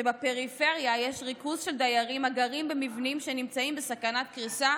שבפריפריה יש ריכוז של דיירים הגרים במבנים שנמצאים בסכנת קריסה